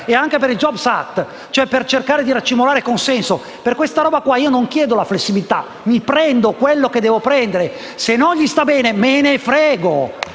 e anche per il *jobs act*, per cercare di racimolare consenso. Per questa roba, non chiedo la flessibilità, ma prendo quello che devo prendere. Se non gli sta bene, me ne frego.